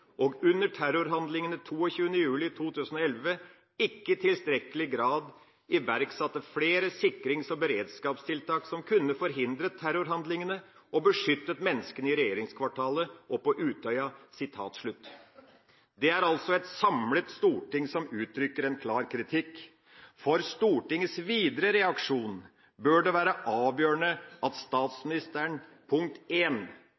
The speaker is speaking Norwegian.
og under terrorhandlingene 22. juli 2011 ikke i tilstrekkelig grad iverksatte flere sikrings- og beredskapstiltak som kunne forhindret terrorhandlingene og beskyttet menneskene i regjeringskvartalet og på Utøya.» Det er altså et samlet storting som uttrykker en klar kritikk. For Stortingets videre reaksjon bør det være avgjørende at